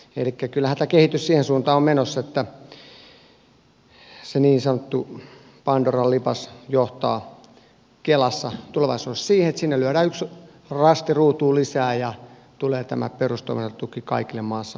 elikkä kyllähän tämä kehitys siihen suuntaan on menossa että se niin sanottu pandoran lipas johtaa kelassa tulevaisuudessa siihen että sinne lyödään yksi rasti ruutuun lisää ja tulee tämä perustoimeentulotuki kaikille maassa oleville